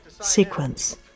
sequence